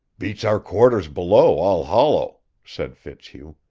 beats our quarters below all hollow, said fitzhugh.